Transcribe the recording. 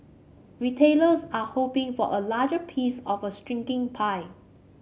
retailers are hoping for a larger piece of a shrinking pie